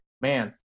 man